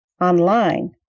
online